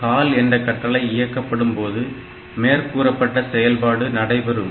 Call என்ற கட்டளை இயக்கப்படும்போது மேற்கூறப்பட்ட செயல்பாடு நடைபெறும்